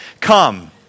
come